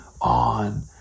on